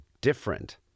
different